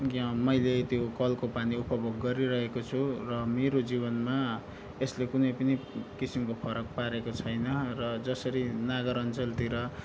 मैले त्यो कलको पानी उपभोग गरिरहेको छु र मेरो जीवनमा यसले कुनै पनि किसिमको फरक पारेको छैन र जसरी नगर अञ्चलतिर